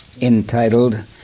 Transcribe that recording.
entitled